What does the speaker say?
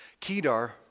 Kedar